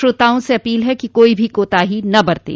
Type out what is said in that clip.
श्रोताओं से अपील है कि कोई भी कोताही न बरतें